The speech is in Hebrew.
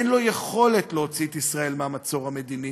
אין לו יכולת להוציא את ישראל מהמצור המדיני.